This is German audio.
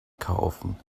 kaufen